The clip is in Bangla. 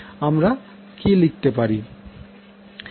আমরা কি লিখতে পারি